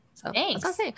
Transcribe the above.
Thanks